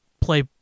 play